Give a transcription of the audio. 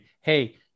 Hey